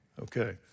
Okay